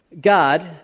God